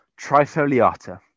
trifoliata